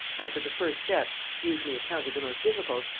after the first steps, usually accounted the most difficult,